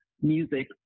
music